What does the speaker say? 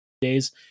days